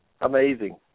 amazing